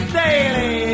daily